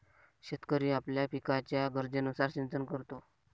शेतकरी आपल्या पिकाच्या गरजेनुसार सिंचन करतो